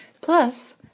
Plus